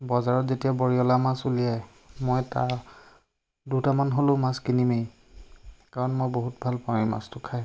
বজাৰত যেতিয়া বৰিয়লা মাছ উলিয়ায় মই তাৰ দুটামান হ'লেও মাছ কিনিমেই কাৰণ মই বহুত ভাল পাওঁ এই মাছটো খাই